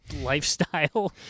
lifestyle